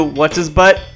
What's-His-Butt